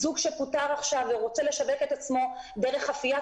זוג שפוטר עכשיו ורוצה לשווק את עצמו דרך אפיית